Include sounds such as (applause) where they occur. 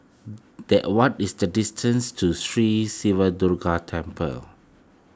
(noise) the what is the distance to Sri Siva Durga Temple